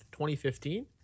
2015